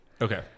okay